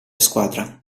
squadra